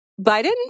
Biden